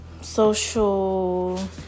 social